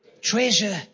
Treasure